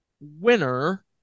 winner